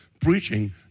Preaching